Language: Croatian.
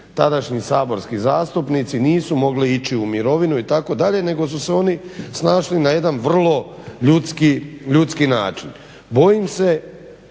tadašnji saborski zastupnici nisu mogli ići u mirovinu itd. nego su se oni snašli na jedan vrlo ljudski način. Bojim se